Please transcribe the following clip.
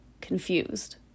confused